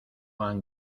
han